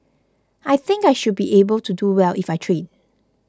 I think I should be able to do well if I train